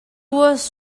was